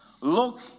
Look